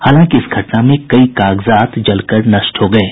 हालांकि इस घटना में कई कागजात जलकर नष्ट हो गये